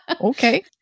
okay